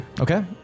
Okay